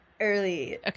early